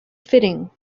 fitting